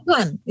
one